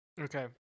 Okay